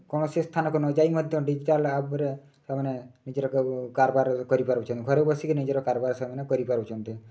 କୌଣସି ସ୍ଥାନକୁ ନ ଯାଇ ମଧ୍ୟ ଡିଜିଟାଲ୍ ଆପ୍ରେ ସେମାନେ ନିଜର କାରବାର କରିପାରୁଛନ୍ତି ଘରେ ବସିକି ନିଜର କାରବାର ସେମାନେ କରିପାରୁଛନ୍ତି